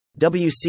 WC